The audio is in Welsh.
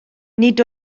nid